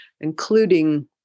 including